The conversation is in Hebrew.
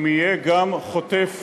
אם יהיה גם חוטף